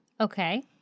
Okay